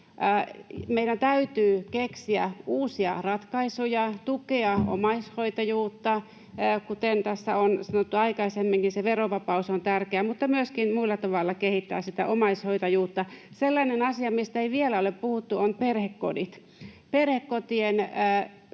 Meidän täytyy keksiä uusia ratkaisuja tukea omaishoitajuutta. Kuten tässä on sanottu aikaisemminkin, se verovapaus on tärkeä, mutta myöskin muulla tavalla täytyy kehittää sitä omaishoitajuutta. Sellainen asia, mistä ei vielä ole puhuttu, on perhekodit. Uskon,